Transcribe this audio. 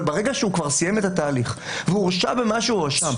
אבל ברגע שהוא כבר סיים את התהליך והוא הורשע במה שהוא הואשם,